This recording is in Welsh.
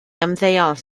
ymddeol